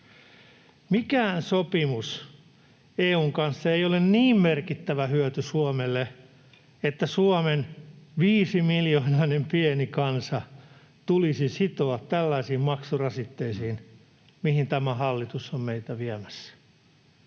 Mikään sopimus EU:n kanssa ei ole niin merkittävä hyöty Suomelle, että Suomen 5-miljoonainen pieni kansa tulisi sitoa tällaisiin maksurasitteisiin, joihin tämä hallitus on meitä viemässä.